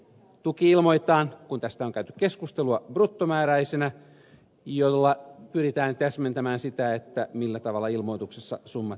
tuki ilmoitetaan kun tästä on käyty keskustelua bruttomääräisenä jolla pyritään täsmentämään sitä millä tavalla ilmoituksessa summat merkitään